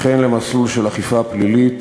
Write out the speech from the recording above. וכן יש מסלול של אכיפה פלילית,